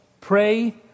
pray